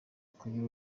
kugira